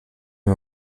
ihm